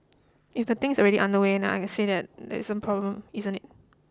if the things already underway then I say that there is a problem isn't it